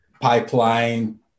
pipeline